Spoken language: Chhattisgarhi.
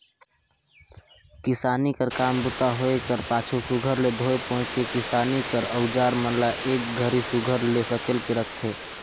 किसानी कर काम बूता होए कर पाछू सुग्घर ले धोए पोएछ के किसानी कर अउजार मन ल एक घरी सुघर ले सकेल के राखथे